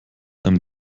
einem